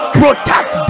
protect